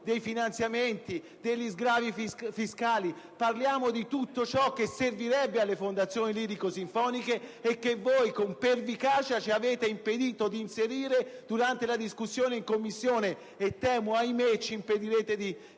dei finanziamenti, degli sgravi fiscali, di tutto ciò che servirebbe alle fondazioni lirico-sinfoniche e che voi con pervicacia ci avete impedito di affrontare durante la discussione in Commissione e temo, ahimè, ci impedirete di inserire